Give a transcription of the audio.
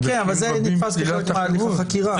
רבים --- אבל זה נתפש כחלק מהליך החקירה.